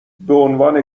بعنوان